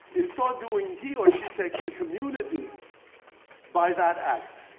in so doing, he or she takes the community by that act.